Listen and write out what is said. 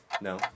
No